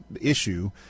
issue